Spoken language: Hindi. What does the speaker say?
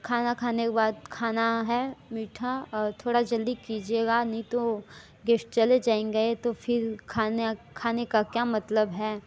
खाना खाने के बाद खाना है मीठा और थोड़ा जल्दी कीजिएगा नहीं तो गेस्ट चले जाएंगे तो फिर खाना खाने का क्या मतलब है